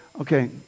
okay